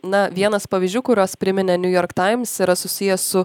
na vienas pavyzdžių kuriuos priminė new york times yra susijęs su